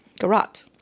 garot